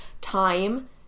time